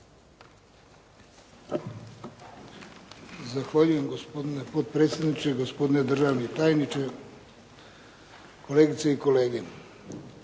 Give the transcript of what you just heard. Zahvaljujem gospodine potpredsjedniče, gospodine državni tajniče, kolegice i kolege.